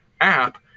app